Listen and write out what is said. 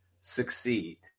Succeed